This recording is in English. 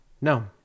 No